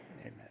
Amen